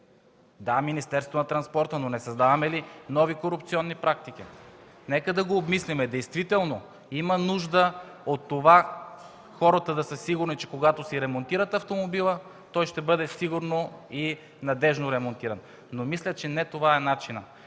Да, Министерството на транспорта, но не създаваме ли нови корупционни практики? Нека да го обмислим. Действително има нужда от това хората да са сигурни, че когато си ремонтират автомобила, той ще бъде сигурно и надеждно ремонтиран, но мисля, че не това е начинът.